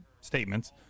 statements